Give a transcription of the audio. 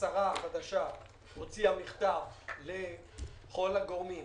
השרה החדשה הוציאה מכתב לכל הגורמים.